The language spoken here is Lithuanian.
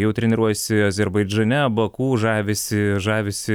jau treniruojasi azerbaidžane baku žavisi žavisi